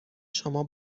شما